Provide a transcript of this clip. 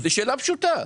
תודה רבה.